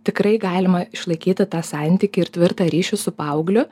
tikrai galima išlaikyti tą santykį ir tvirtą ryšį su paaugliu